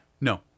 No